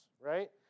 Right